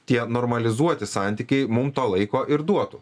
tie normalizuoti santykiai mum to laiko ir duotų